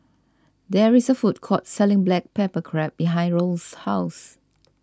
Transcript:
there is a food court selling Black Pepper Crab behind Raul's house